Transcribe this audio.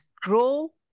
grow